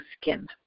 skin